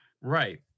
Right